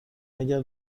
مگر